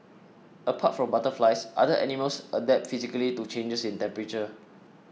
apart from butterflies other animals adapt physically to changes in temperature